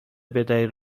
بدهید